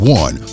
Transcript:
one